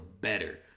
better